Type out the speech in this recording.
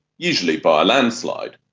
usually by a landslide.